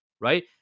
right